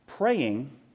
Praying